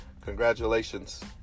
Congratulations